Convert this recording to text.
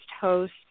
host